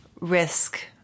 risk